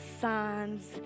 signs